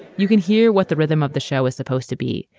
you can hear what the rhythm of the show is supposed to be.